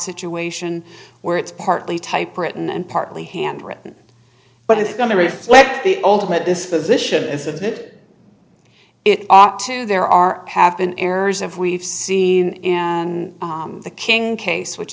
situation where it's partly typewritten and partly handwritten but it's going to reflect the ultimate disposition is of that it ought to there are have been errors of we've seen and the king case which